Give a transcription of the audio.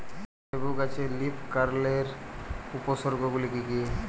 লেবু গাছে লীফকার্লের উপসর্গ গুলি কি কী?